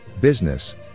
Business